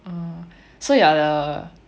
err so you are the